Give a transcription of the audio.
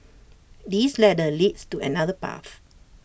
this ladder leads to another path